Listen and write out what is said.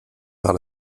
par